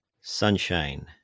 Sunshine